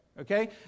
Okay